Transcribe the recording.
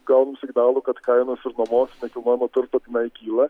gaunam signalų kad kainos už nuomos nekilnojamojo turto tenai kyla